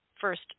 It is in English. first